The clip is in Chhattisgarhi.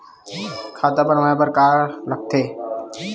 खाता बनवाय बर का का लगथे?